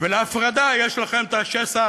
ולהפרדה יש לכם השסע